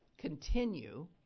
continue